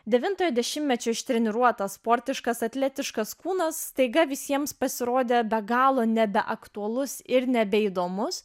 devintojo dešimtmečio ištreniruotas sportiškas atletiškas kūnas staiga visiems pasirodė be galo nebeaktualus ir nebeįdomus